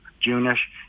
June-ish